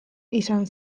izan